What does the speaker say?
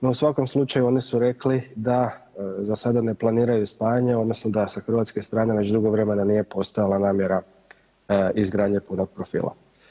No u svakom slučaju oni su rekli da za sada ne planiraju spajanje odnosno da sa hrvatske strane već dugo vremena nije postojala namjera izgradnje … [[ne razumije se]] profila.